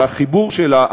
והחיבור שלה,